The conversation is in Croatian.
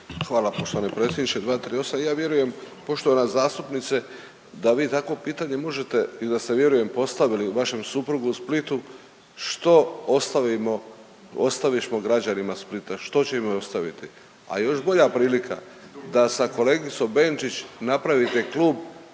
Hvala poštovani predsjedniče. 238, ja vjerujem, poštovana zastupnice, da vi takvo pitanje možete i da ste vjerujem, postavili vašem suprugu u Splitu, što ostavimo, ostavišmo građanima Splita? Što će im ostaviti? A još bolja prilika da sa kolegicom Benčić napravite klub